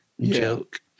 Joke